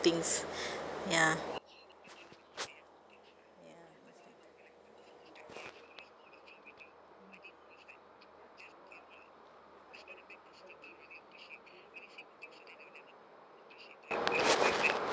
things ya ya